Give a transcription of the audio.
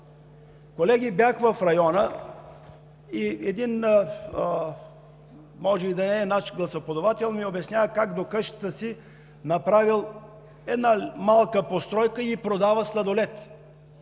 Колеги, бях в района и един човек – може и да не е наш гласоподавател, ми обяснява как до къщата си е направил една малка постройка и продава сладолед